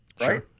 right